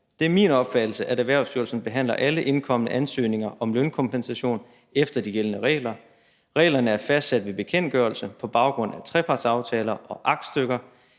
Det er min opfattelse, at Erhvervsstyrelsen behandler alle indkomne ansøgninger om lønkompensation efter de gældende regler. Reglerne er fastsat ved bekendtgørelse på baggrund af trepartsaftaler og aktstykker.